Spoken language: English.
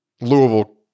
Louisville